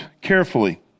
carefully